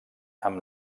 amb